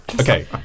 Okay